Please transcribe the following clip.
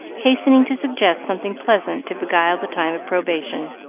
hastening to suggest something pleasant to beguile the time of probation.